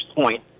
point